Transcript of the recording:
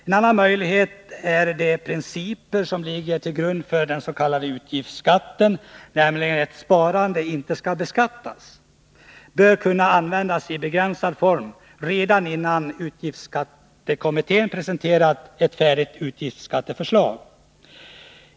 En annan möjlighet är att de principer som ligger till grund för den s.k. utgiftsskatten, nämligen att sparande inte skall beskattas, bör kunna användas i begränsad form redan innan utgiftsskattekommittén presenterar ett färdigt utgiftsskatteförslag.